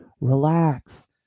relax